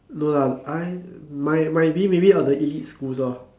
no lah I mi~ might be all the elite schools loh